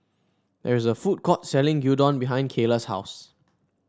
there is a food court selling Gyudon behind Cayla's house